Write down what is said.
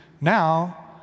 Now